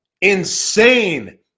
insane